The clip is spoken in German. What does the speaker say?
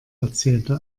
erzählte